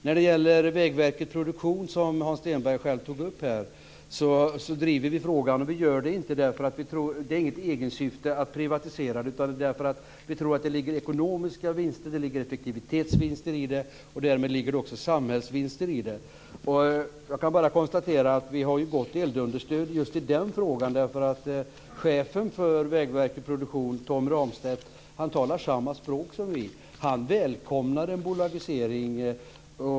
När det gäller Vägverket Produktion, som Hans Stenberg själv här tog upp, kan jag säga att vi driver den frågan men inte därför att det är ett egensyfte att privatisera utan därför att vi tror att det ligger ekonomiska vinster och effektivitetsvinster i det. Därmed ligger det också samhällsvinster i det. Jag kan konstatera att vi i just den frågan har gott eldunderstöd. Chefen för Vägverket Produktion Tom Ramstedt talar samma språk som vi och välkomnar en bolagisering.